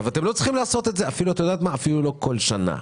אתם לא צריכים לעשות את זה אפילו לא כל שנה,